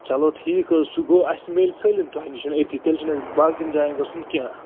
چَلو ٹھیٖک حظ چھُ گوٚو اَسہِ میلہِ سٲلِم تۅہہِ نِش أتی تیٚلہِ چھُنہٕ اَسہِ باقین جاین گَژھُن کیٚنٛہہ